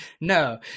No